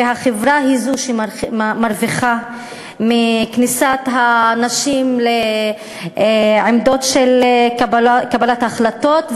והחברה היא שמרוויחה מכניסת נשים לעמדות של קבלת החלטות.